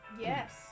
Yes